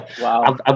Wow